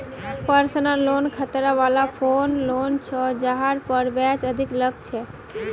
personal loan खतरा वला loan छ जहार पर ब्याज अधिक लग छेक